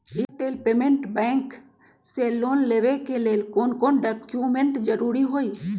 Airtel payments bank से loan लेवे के ले कौन कौन डॉक्यूमेंट जरुरी होइ?